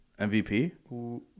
MVP